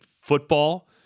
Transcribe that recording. football –